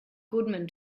goodman